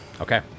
Okay